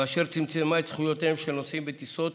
ואשר צמצמה את זכויותיהם של נוסעים בטיסות